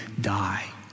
die